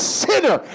sinner